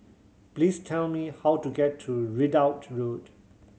please tell me how to get to Ridout Road